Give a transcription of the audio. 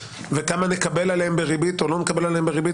וכמה נקבל עליהם בריבית או לא נקבל עליהם בריבית,